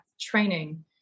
training